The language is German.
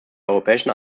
europäischen